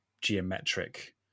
geometric